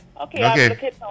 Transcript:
Okay